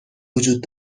وجود